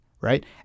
right